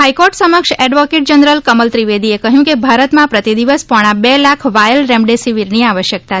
high court સમક્ષ advocate general Kamal ત્રિવેદીએ કહ્યું કે ભારતમાં પ્રતિ દિવસ પોણા બે લાખ વાયલ રેમડેસિવીરની આવશ્યકતા છે